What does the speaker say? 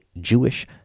Jewish